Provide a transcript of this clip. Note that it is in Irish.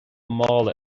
mála